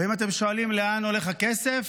ואם אתם שואלים לאן הולך הכסף,